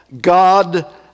God